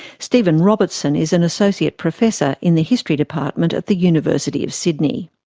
stephen robertson is an associate professor in the history department at the university of sydney.